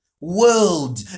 world